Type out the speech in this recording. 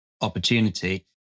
opportunity